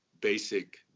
basic